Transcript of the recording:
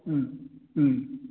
ꯎꯝ ꯎꯝ